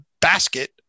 basket